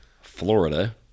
Florida